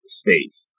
space